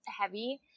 heavy